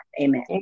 amen